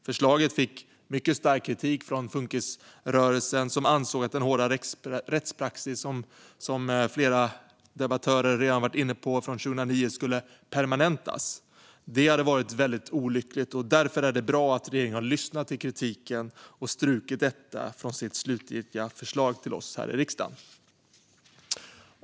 Förslaget fick mycket stark kritik från funkisrörelsen, som ansåg att den hårda rättspraxis från 2009 - som flera debattörer redan varit inne på - skulle permanentas. Det hade varit väldigt olyckligt, och därför är det bra att regeringen har lyssnat till kritiken och strukit detta från sitt slutgiltiga förslag till oss här i riksdagen.